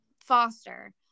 foster –